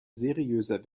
seriöser